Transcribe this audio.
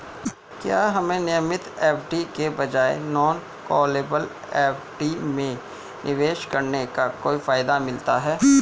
क्या हमें नियमित एफ.डी के बजाय नॉन कॉलेबल एफ.डी में निवेश करने का कोई फायदा मिलता है?